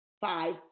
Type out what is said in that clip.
five